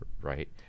right